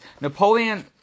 Napoleon